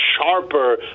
sharper